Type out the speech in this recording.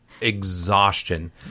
exhaustion